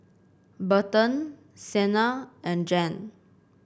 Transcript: Berton Sienna and Jan